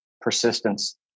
persistence